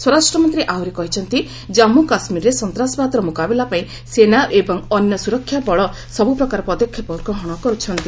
ସ୍ୱରାଷ୍ଟ୍ରମନ୍ତ୍ରୀ ଆହୁରି କହିଛନ୍ତି କମ୍ମୁ କାଶ୍ମୀରରେ ସନ୍ତାସବାଦର ମୁକାବିଲା ପାଇଁ ସେନା ଏବଂ ଅନ୍ୟ ସୁରକ୍ଷା ବଳ ସବୁ ପ୍ରକାର ପଦକ୍ଷେପ ଗ୍ରହଣ କର୍ ଚ୍ଚନ୍ତି